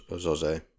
Jose